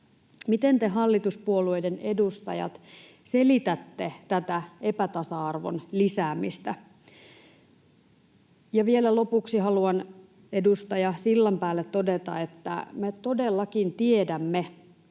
Miten te, hallituspuolueiden edustajat, selitätte tätä epätasa-arvon lisäämistä? Ja vielä lopuksi haluan edustaja Sillanpäälle todeta, että me todellakin tiedämme,